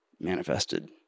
manifested